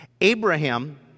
Abraham